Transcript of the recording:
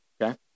Okay